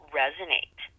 resonate